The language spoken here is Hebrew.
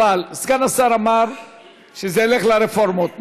אבל סגן השר אמר שזה ילך לרפורמות.